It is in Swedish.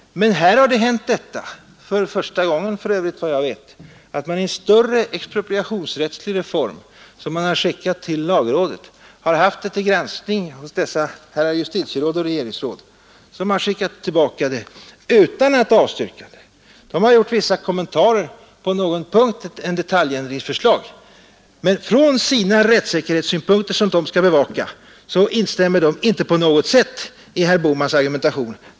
Men här har detta hänt — för övrigt för första gången, vad jag vet — att man har sänt en större expropriationsrättslig reform till lagrådet och alltså haft den till granskning hos dessa herrar justitieråd och regeringsråd, men att de har skickat tillbaka förslaget utan att avstyrka det. De har gjort vissa kommentarer och på någon punkt har de ett detaljändringsförslag, men från de rättssäkerhetssynpunkter som de skall bevaka instämmer de inte på något sätt i herr Bohmans argumentation.